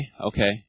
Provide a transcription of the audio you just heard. okay